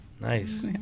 nice